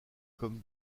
comme